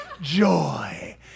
joy